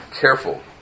careful